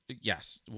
yes